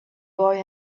boy